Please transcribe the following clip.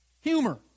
humor